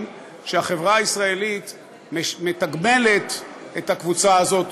שהחברה הישראלית מתגמלת את הקבוצה הזאת,